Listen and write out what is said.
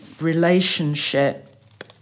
relationship